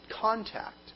contact